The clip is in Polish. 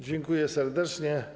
Dziękuję serdecznie.